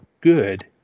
good